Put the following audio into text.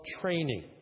training